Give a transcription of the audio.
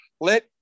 let